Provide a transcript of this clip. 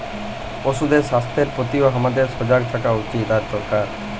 পশুদের স্বাস্থ্যের প্রতিও হামাদের সজাগ থাকা উচিত আর দরকার